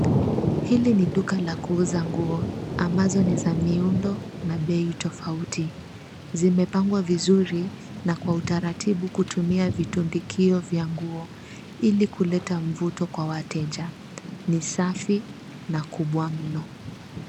Hili ni duka la kuuza nguo ambazo ni za miundo na bei tofauti. Zimepangwa vizuri na kwa utaratibu kutumia vitundikio vya nguo ili kuleta mvuto kwa wateja. Ni safi na kubwa mno.